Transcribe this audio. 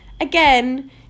Again